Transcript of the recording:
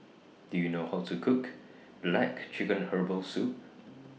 Do YOU know How to Cook Black Chicken Herbal Soup